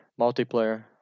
multiplayer